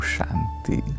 Shanti